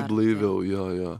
blaiviau jo jo